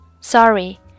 Sorry